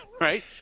Right